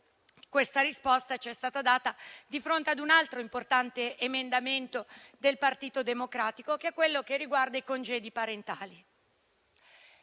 Questa risposta è stata data di fronte ad un altro importante emendamento del Partito Democratico, che riguarda i congedi parentali.